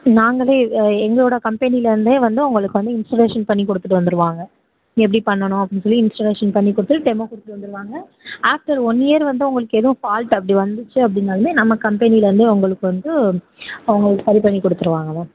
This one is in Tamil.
நாங்களே எங்களோட கம்பெனிலருந்தே வந்து உங்களுக்கு வந்து இன்ஷிலேஷன் பண்ணிக் கொடுத்துட்டு வந்துடுவாங்க எப்படி பண்ணணும் அப்படின் சொல்லி இன்ஸ்டரக்ஷன் பண்ணிக் கொடுத்துட்டு டெமோ கொடுத்துட்டு வந்துடுவாங்க ஆஃப்டர் ஒன் இயர் வந்து உங்களுக்கு எதுவும் ஃபால்ட் அப்படி வந்துச்சு அப்படின்னாலுமே நம்ம கம்பெனிலருந்தே உங்களுக்கு வந்து உங்களுக்கு சரி பண்ணி கொடுத்துருவாங்க மேம்